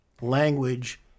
language